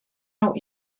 out